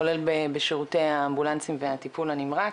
כולל בשרותי האמבולנסים והטיפול הנמרץ,